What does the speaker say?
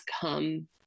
come